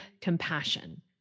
compassion